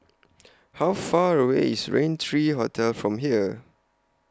How Far away IS Raintr three Hotel from here